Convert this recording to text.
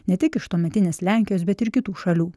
ne tik iš tuometinės lenkijos bet ir kitų šalių